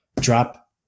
drop